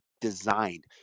designed